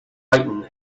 lightning